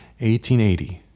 1880